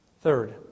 Third